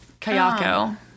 Kayako